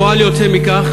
פועל יוצא מכך,